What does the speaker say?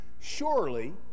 Surely